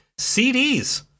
CDs